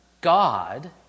God